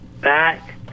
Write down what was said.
back